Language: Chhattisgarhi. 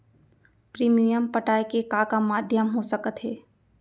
प्रीमियम पटाय के का का माधयम हो सकत हे?